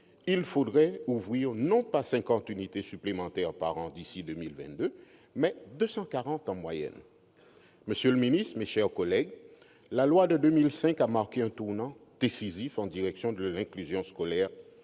il faudrait ouvrir non pas 50 unités supplémentaires par an d'ici 2022, mais 240 en moyenne. Monsieur le secrétaire d'État, mes chers collègues, la loi de 2005 a marqué un tournant décisif en direction de l'inclusion scolaire